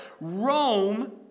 Rome